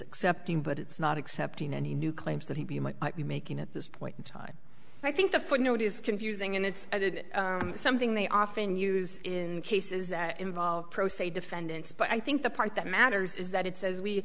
accepting but it's not accepting any new claims that he might be making at this point in time i think the footnote is confusing and it's something they often use in cases that involve pro se defendants but i think the part that matters is that it says we